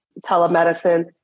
telemedicine